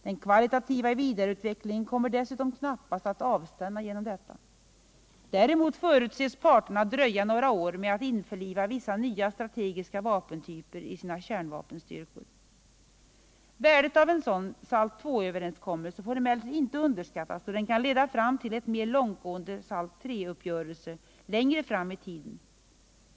Den kvalitativa vidareutvecklingen kommer dessutom knappast att avstanna genom detta. Däremot förutses parterna dröja några år med att införliva vissa nya strategiska vapentyper i sina kärnvapenstyrkor. Värdet av en sådan SALT H-överenskommelse får emellertid inte underskattas då den kan leda fram till en mer långtgående SALT I uppgörelse längre fram i tiden.